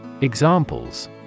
Examples